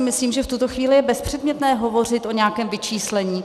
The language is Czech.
Myslím, že v tuto chvíli je bezpředmětné hovořit o nějakém vyčíslení.